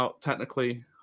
technically